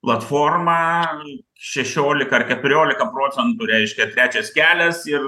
platforma šešiolika ar keturiolika procentų reiškia trečias kelias ir